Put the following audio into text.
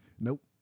Nope